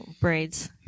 braids